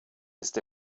ist